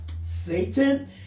Satan